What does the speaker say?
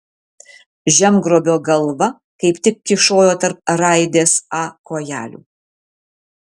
žemgrobio galva kaip tik kyšojo tarp raidės a kojelių